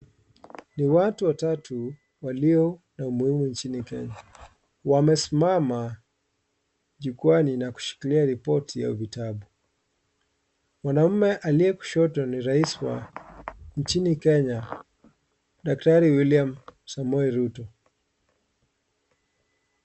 Ni watu watatu walio na umuhimu nchini Kenya. Wamesimama jukwaani na kushikilia ripoti au vitabu. Mwanamume aliye kushto ni rais wa nchini Kenya daktari William Samoei Ruto.